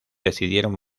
decidieron